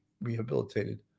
rehabilitated